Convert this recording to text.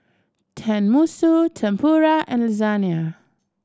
Tenmusu Tempura and Lasagne